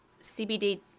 CBD